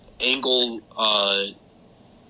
angle